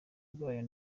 bwayo